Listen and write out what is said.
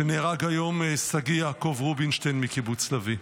שנהרג היום, שגיא יעקב רובינשטיין, מקיבוץ לביא.